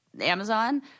Amazon